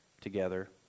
together